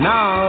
Now